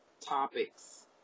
topics